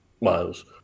Miles